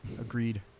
agreed